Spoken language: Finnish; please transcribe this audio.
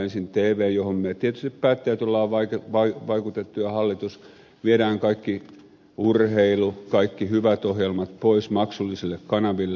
ensin tvssä johon tietysti päättäjät olemme vaikuttaneet ja hallitus viedään kaikki urheilu kaikki hyvät ohjelmat pois maksullisille kanaville